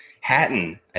Hatton